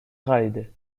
خریده